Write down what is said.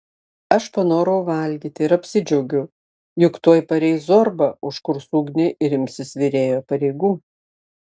aš panorau valgyti ir apsidžiaugiau juk tuoj pareis zorba užkurs ugnį ir imsis virėjo pareigų